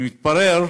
מתברר